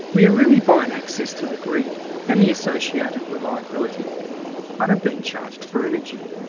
we are really buying access to the grid and the associated reliability but are being charged for energy.